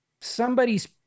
somebody's